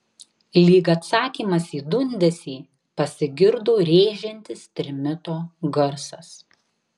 lyg atsakymas į dundesį pasigirdo rėžiantis trimito garsas